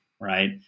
right